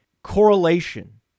correlation